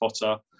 Potter